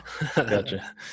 gotcha